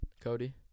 Cody